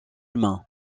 humain